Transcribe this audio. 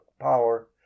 power